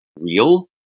real